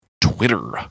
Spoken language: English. Twitter